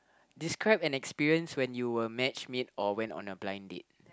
describe an experience when you were matchmade or went on a blind date